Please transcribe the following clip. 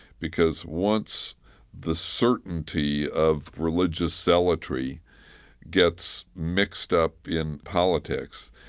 because once the certainty of religious zealotry gets mixed up in politics,